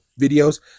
videos